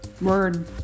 word